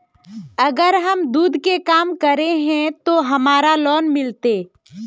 अगर हम दूध के काम करे है ते हमरा लोन मिलते?